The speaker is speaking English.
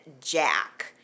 Jack